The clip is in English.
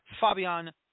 Fabian